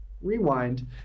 rewind